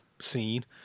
scene